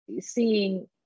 seeing